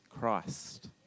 Christ